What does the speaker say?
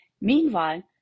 Meanwhile